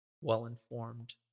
well-informed